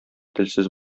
телсез